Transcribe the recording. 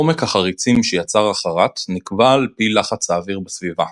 עומק החריצים שיצר החרט נקבע על-פי לחץ האוויר בסביבה,